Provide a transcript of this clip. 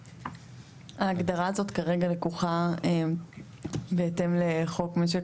ההגדרה הזאת כרגע לקוחה בהתאם לחוק משק